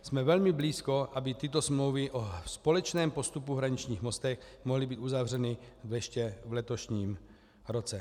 Jsme velmi blízko, aby tyto smlouvy o společném postupu hraničních mostů mohly být uzavřeny ještě v letošním roce.